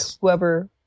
whoever